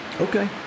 Okay